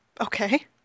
okay